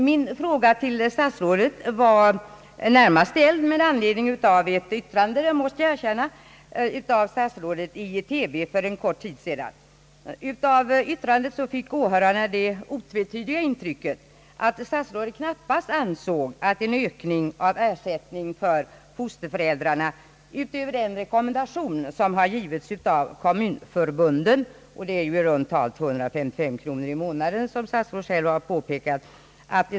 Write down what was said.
Min fråga till statsrådet ställdes närmast med anledning av ett yttrande, det måste jag erkänna, som statsrådet för en kort tid sedan fällde i TV. Av yttrandet fick åhörarna det otvetydiga intrycket att statsrådet knappast ansåg en ökning av ersättningen till fosterföräldrarna erforderlig utöver den rekommendation som har givits av kommunförbunden — i runt tal 255 kronor i månaden, som statsrådet själv har påpekat.